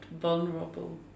vulnerable